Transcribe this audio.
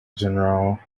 general